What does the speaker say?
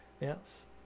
Yes